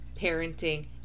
parenting